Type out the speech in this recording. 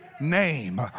name